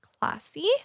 classy